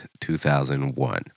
2001